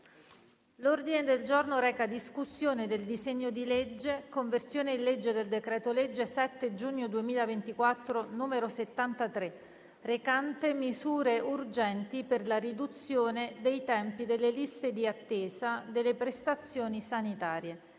Commissione stessa, per il disegno di legge: "Conversione in legge del decreto-legge 7 giugno 2024, n. 73, recante misure urgenti per la riduzione dei tempi delle liste di attesa delle prestazioni sanitarie"